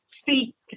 speak